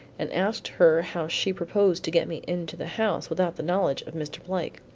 and asked her how she proposed to get me into the house without the knowledge of mr. blake.